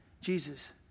Jesus